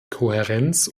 kohärenz